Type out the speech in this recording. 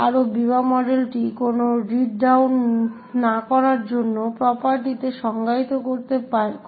আরও বিবা মডেলটি কোন রিড ডাউন না করার জন্য প্রপার্টিকে সংজ্ঞায়িত করে